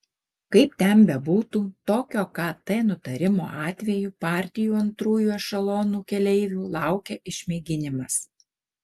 kaip ten bebūtų tokio kt nutarimo atveju partijų antrųjų ešelonų keleivių laukia išmėginimas